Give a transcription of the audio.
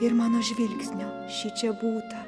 ir mano žvilgsnio šičia būta